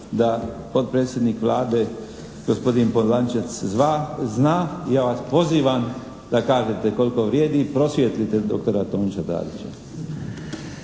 da potpredsjednik Vlade gospodin Polančec zna i ja vas pozivam da kažete koliko vrijedi i prosvijetlite doktora Tončija Tadića.